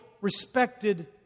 respected